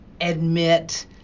admit